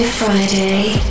Friday